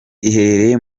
iherereye